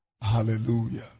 Hallelujah